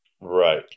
Right